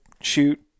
shoot